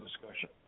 discussion